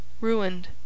Ruined